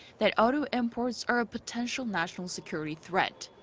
that auto imports are a potential national security threat.